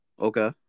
Okay